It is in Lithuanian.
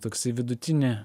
toksai vidutinį